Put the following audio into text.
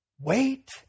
Wait